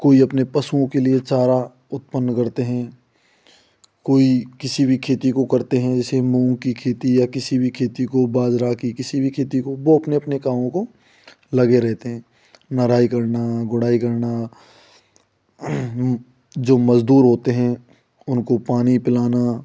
कोई अपने पशुओं के लिए चारा उत्पन्न करते हैं कोई किसी भी खेती को करते हैं जैसे मूँग की खेती या किसी भी खेती को बाजरा की किसी भी खेती को वह अपने अपने कामों को लगे रहते हैं नराई करना गोड़ाई करना जो मजदूर होते हैं उनको पानी पिलाना